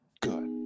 good